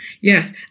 Yes